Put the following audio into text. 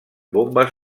bombes